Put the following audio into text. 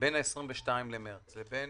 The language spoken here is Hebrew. בין 22.3 ל-31.5,